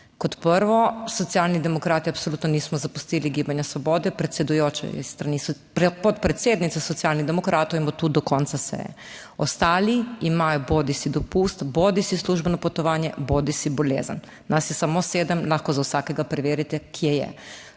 Kot prvo, Socialni demokrati absolutno nismo zapustili Gibanja Svobode, predsedujoča je s strani..., podpredsednice Socialnih demokratov in bo tu do konca seje. Ostali imajo bodisi dopust bodisi službeno potovanje, bodisi bolezen. Nas je samo sedem, lahko za vsakega preverite kje je.